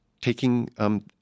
taking –